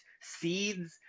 seeds